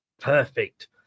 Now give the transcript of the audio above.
Perfect